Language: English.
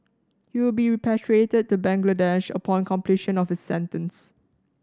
he will be repatriated to Bangladesh upon completion of his sentence